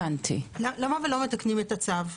למה לא מתקנים את הצו?